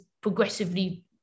progressively